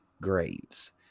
graves